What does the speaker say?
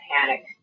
panic